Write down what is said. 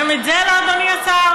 גם את זה לא, אדוני השר?